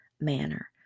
manner